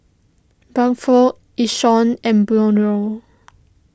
Bradford Yishion and